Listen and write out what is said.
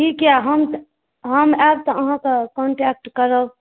ठीक यऽ हम आबि तऽ अहाँके कॉन्टैक्ट करब